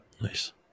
Nice